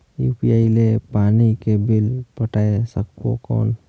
UPI ले पानी के बिल पटाय सकबो कौन?